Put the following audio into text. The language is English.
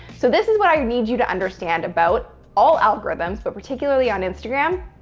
so, this is what i need you to understand about all algorithms, but particularly on instagram,